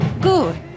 Good